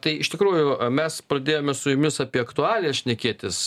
tai iš tikrųjų mes pradėjome su jumis apie aktualijas šnekėtis